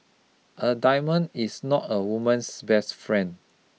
a diamond is not a woman's best friend